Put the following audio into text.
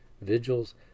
Vigils